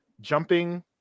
jumping